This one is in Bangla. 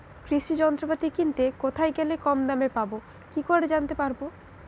কৃষি যন্ত্রপাতি কিনতে কোথায় গেলে কম দামে পাব কি করে জানতে পারব?